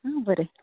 आं बरें